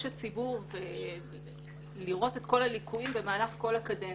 הציבור ולראות את כל הליקויים במהלך כל הקדנציה.